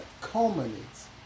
culminates